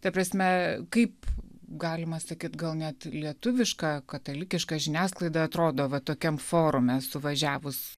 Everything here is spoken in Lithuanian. ta prasme kaip galima sakyti gal net lietuviška katalikiška žiniasklaida atrodo va tokiam forume suvažiavus